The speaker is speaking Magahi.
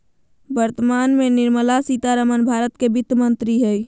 वर्तमान में निर्मला सीतारमण भारत के वित्त मंत्री हइ